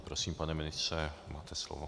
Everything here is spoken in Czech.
Prosím, pane ministře, máte slovo.